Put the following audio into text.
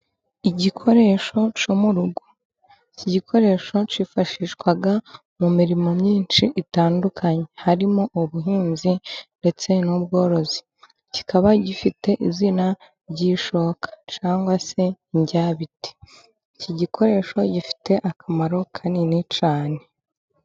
Igikoresho cyo mu rugo. Iki gikoresho cyifashishwa mu mirimo myinshi itandukanye. Harimo ubuhinzi ndetse n'ubworozi. Kikaba gifite izina ry'ishoka cyangwa se indyabiti. Iki gikoresho gifite akamaro kanini cyane.